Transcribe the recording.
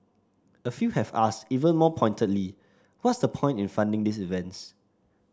a few have asked even more pointedly what's the point in funding these events